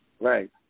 Right